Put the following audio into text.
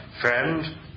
Friend